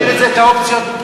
אז נשאיר את האופציות פתוחות.